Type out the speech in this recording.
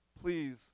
please